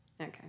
okay